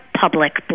public